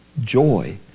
joy